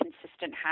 consistent